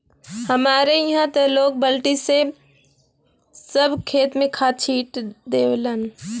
हमरे इहां त लोग बल्टी से सब खेत में खाद छिट देवलन